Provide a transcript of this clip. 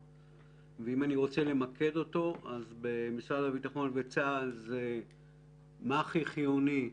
ואם אני רוצה למקד אותו במשרד הביטחון וצה"ל זה בשאלות מה הכי חיוני,